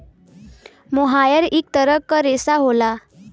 मोहायर इक तरह क रेशा होला